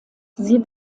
sie